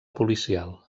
policial